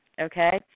okay